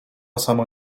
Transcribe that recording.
samo